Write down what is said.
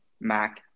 Mac